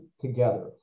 together